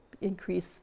increase